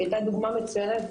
שהייתה דוגמה מצוינת,